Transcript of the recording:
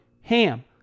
HAM